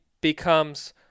becomes